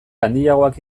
handiagoak